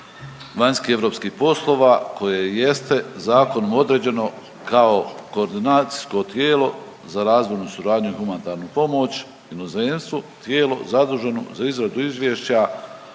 vanjskih i europskih poslova koje i jeste zakonom određeno kao koordinacijsko tijelo za razvojnu suradnju i humanitarnu pomoć inozemstvu, tijelo zaduženo za izradu izvješća